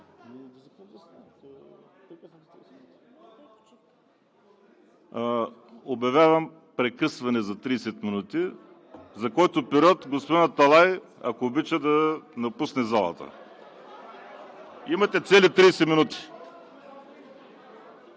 Обявявам прекъсване за 30 минути, за който период господин Аталай, ако обича, да напусне залата. (Силен шум и